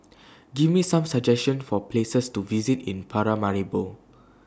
Give Me Some suggestions For Places to visit in Paramaribo